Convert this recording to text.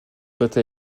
daté